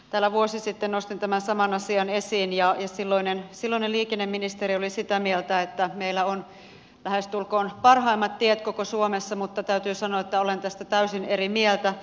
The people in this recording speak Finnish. täällä vuosi sitten nostin tämän saman asian esiin ja silloinen liikenneministeri oli sitä mieltä että meillä on lähestulkoon parhaimmat tiet koko suomessa mutta täytyy sanoa että olen tästä täysin eri mieltä